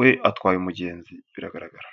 we atwaye umugenzi biragaragara.